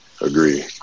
agree